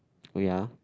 wait ah